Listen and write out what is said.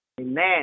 Amen